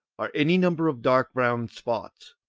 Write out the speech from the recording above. are any number of dark round spots.